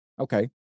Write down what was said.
okay